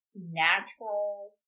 natural